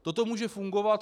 Toto může fungovat.